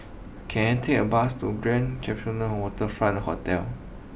can I take a bus to Grand Copthorne Waterfront Hotel